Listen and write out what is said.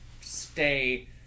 stay